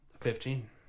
Fifteen